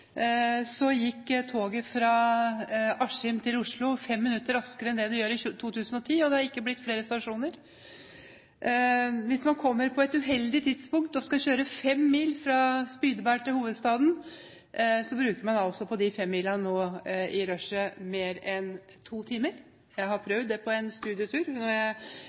blitt flere stasjoner. Hvis man kommer på et uheldig tidspunkt og skal kjøre fem mil fra Spydeberg til hovedstaden, bruker man på de fem milene mer enn to timer i rushet. Jeg prøvde det på en studietur